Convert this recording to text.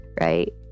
right